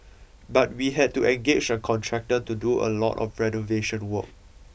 but we had to engage a contractor to do a lot of renovation work